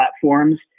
platforms